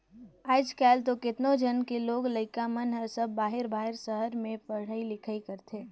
आयज कायल तो केतनो झन के लोग लइका मन हर सब बाहिर बाहिर सहर में पढ़ई लिखई करथे